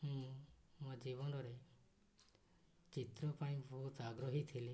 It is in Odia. ମୁଁ ମୋ ଜୀବନରେ ଚିତ୍ର ପାଇଁ ବହୁତ ଆଗ୍ରହୀ ଥିଲି